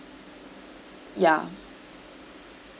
ya